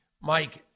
Mike